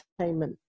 entertainment